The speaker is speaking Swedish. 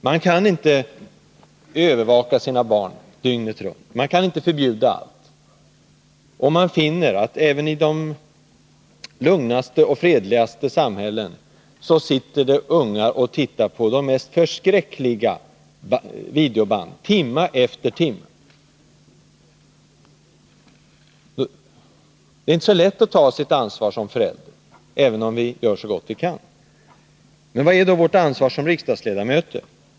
Man kan inte övervaka sina barn dygnet runt, man kan inte förbjuda allt. Och man finner att även i de lugnaste och fredligaste samhällen sitter det ungar och tittar på dessa förskräckliga videoband timma efter timma. Det är inte så lätt att ta sitt ansvar som förälder, även om vi gör så gott vi kan. Men vad är då vårt ansvar som riksdagsledamöter?